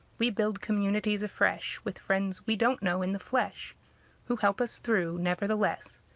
we build communities afresh with friends we don't know in the flesh who help us through nevertheless.